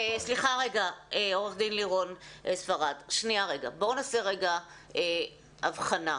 עו"ד לירון ספרד, בואו נעשה רגע אבחנה.